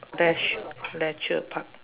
dash leisure park